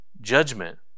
judgment